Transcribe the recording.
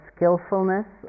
skillfulness